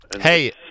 Hey